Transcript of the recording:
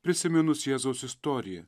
prisiminus jėzaus istoriją